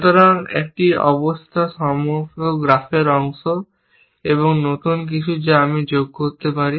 সুতরাং এটি সর্বদা গ্রাফের অংশ এবং নতুন কিছু যা আমি যোগ করতে পারি